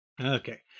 Okay